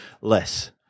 Less